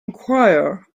enquire